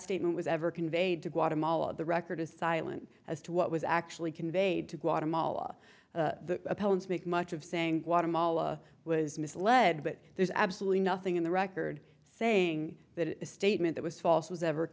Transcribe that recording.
statement was ever conveyed to guatemala the record is silent as to what was actually conveyed to guatemala the appellant's make much of saying water malala was misled but there's absolutely nothing in the record saying that statement was false was ever